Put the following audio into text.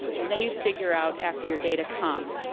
and then you figure out after your data come,